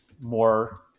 more